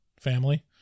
family